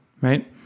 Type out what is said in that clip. right